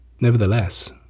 Nevertheless